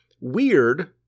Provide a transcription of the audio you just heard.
Weird